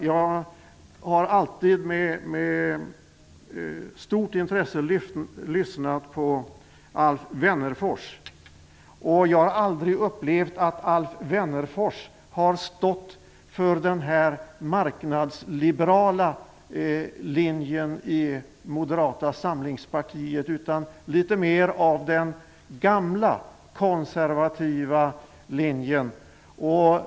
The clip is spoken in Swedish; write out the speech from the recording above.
Jag har alltid med stort intresse lyssnat på Alf Wennerfors, och jag har aldrig upplevt att han har stått för den marknadsliberala linjen i Moderata samlingspartiet, utan han har stått mera för den gamla, konservativa linjen.